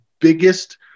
biggest